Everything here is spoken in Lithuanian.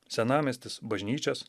senamiestis bažnyčias